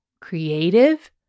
creative